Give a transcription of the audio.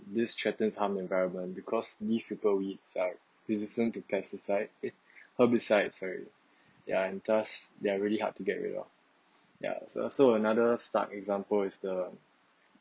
this threatens harm the environment because these super weeds are resistant to pesticides herbicides sorry ya and thus there are really hard to get rid of ya so so another stark example is the